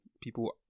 people